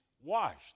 washed